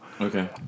Okay